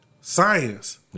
science